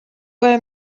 were